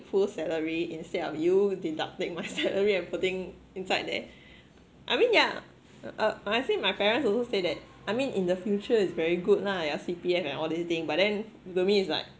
full salary instead of you deducting my salary and putting inside there I mean yeah uh I see my parents also say that I mean in the future is very good lah your C_P_F and all this thing but then to me is like